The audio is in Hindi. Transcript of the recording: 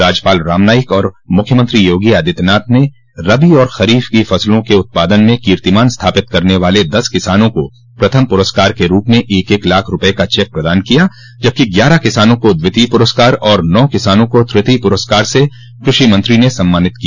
राज्यपाल रामनाईक और मुख्यमंत्री योगी आदित्यनाथ ने रबी और खरीफ की फसलों के उत्पादन में कीर्तिमान स्थापित करने वाले दस किसानों को प्रथम पुरस्कार के रूप में एक एक लाख रूपये का चेक प्रदान किया जबकि ग्यारह किसानों को द्वितीय पुरस्कार और नौ किसानों को तृतीय पुरस्कार से कृषि मंत्री ने सम्मानित किया